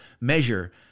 measure